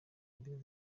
mbili